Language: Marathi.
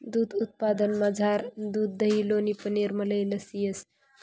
दूध उत्पादनमझार दूध दही लोणी पनीर मलई लस्सी येस